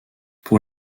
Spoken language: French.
pour